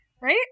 Right